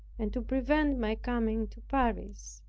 and to prevent my coming to paris.